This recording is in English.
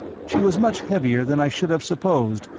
she was much heavier than i should have supposed,